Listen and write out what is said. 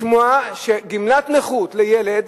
לשמוע שגמלת נכות לילד